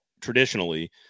traditionally